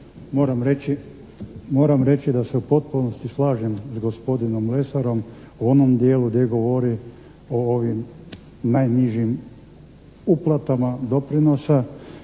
moram reći da se u potpunosti slažem s gospodinom Lesarom u onom dijelu gdje govori o ovim najnižim uplatama doprinosa